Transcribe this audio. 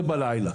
ב-8:00 בלילה.